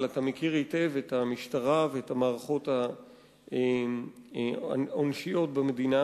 אבל אתה מכיר היטב את המשטרה ואת המערכות העונשיות במדינה,